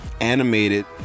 animated